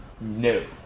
No